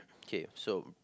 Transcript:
K so